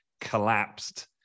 collapsed